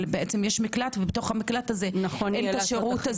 אבל יש מקלט- -- נכון יהיה לעשות את